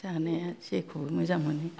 जानाया जेखौबो मोजां मोनो